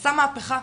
ועשה מהפכה.